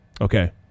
Okay